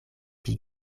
pli